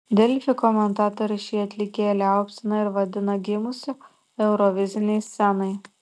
delfi komentatoriai šį atlikėją liaupsina ir vadina gimusiu eurovizinei scenai